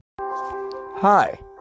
Hi